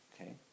Okay